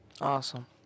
Awesome